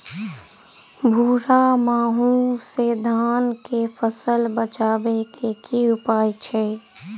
भूरा माहू सँ धान कऽ फसल बचाबै कऽ की उपाय छै?